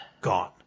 gone